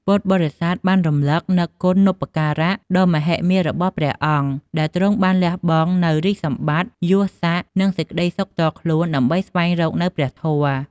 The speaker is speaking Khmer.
ពុទ្ធបរិស័ទបានរឭកនឹកដល់គុណូបការៈដ៏មហិមារបស់ព្រះអង្គ ដែលទ្រង់បានលះបង់នូវរាជសម្បត្តិ យសស័ក្ដិ និងសេចក្ដីសុខផ្ទាល់ខ្លួន ដើម្បីស្វែងរកនូវព្រះធម៌។